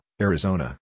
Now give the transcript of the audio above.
Arizona